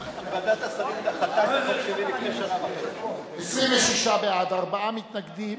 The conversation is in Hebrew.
ההצעה להעביר את הצעת חוק איסור השימוש בסמלים וכינויים נאציים,